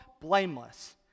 blameless